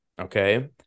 Okay